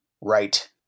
right